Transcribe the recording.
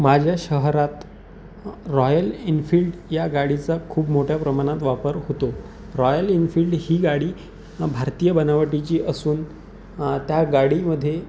माझ्या शहरात Royal Enfield या गाडीचा खूप मोठ्या प्रमाणात वापर होतो रॉयल एनफिल्ड ही गाडी भारतीय बनावटीची असून त्या गाडीमध्ये